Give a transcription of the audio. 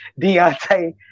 Deontay